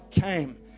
came